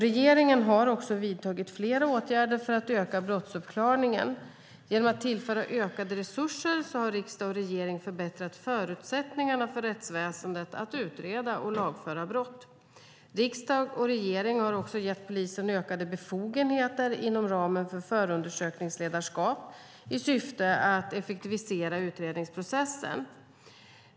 Regeringen har också vidtagit flera åtgärder för att öka brottsuppklaringen. Genom att tillföra ökade resurser har riksdag och regering förbättrat förutsättningarna för rättsväsendet att utreda och lagföra brott. Riksdag och regering har också gett polisen ökade befogenheter inom ramen för sitt förundersökningsledarskap i syfte att effektivisera utredningsprocessen.